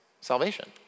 salvation